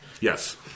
Yes